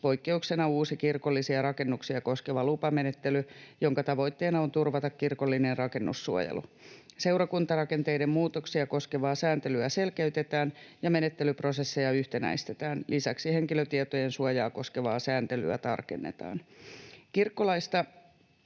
poikkeuksena uusi kirkollisia rakennuksia koskeva lupamenettely, jonka tavoitteena on turvata kirkollinen rakennussuojelu. Seurakuntarakenteiden muutoksia koskevaa sääntelyä selkeytetään ja menettelyprosesseja yhtenäistetään. Lisäksi henkilötietojen suojaa koskevaa sääntelyä tarkennetaan. Kirkkolaista